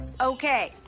okay